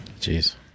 Jeez